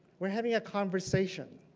we're having a conversation.